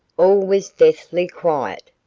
all was deathly quiet.